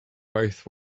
both